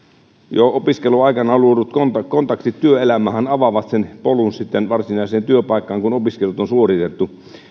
jo opiskeluaikana luodut kontaktit kontaktit työelämään avaavat sen polun sitten varsinaiseen työpaikkaan kun opiskelut on suoritettu